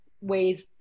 ways